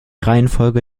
reihenfolge